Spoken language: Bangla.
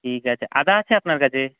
ঠিক আছে আদা আছে আপনার কাছে